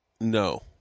No